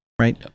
Right